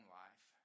life